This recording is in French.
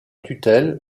tutelle